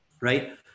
right